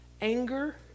anger